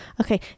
okay